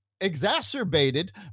exacerbated